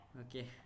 Okay